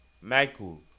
Michael